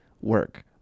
work